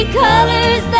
colors